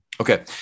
Okay